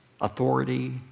authority